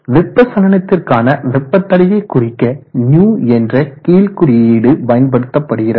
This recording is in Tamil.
வெப்ப சலனத்திற்கான வெப்ப தடையை குறிக்க ν என்ற கீழ் குறியீடு பயன்படுத்தப்படுகிறது